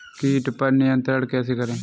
कीट पर नियंत्रण कैसे करें?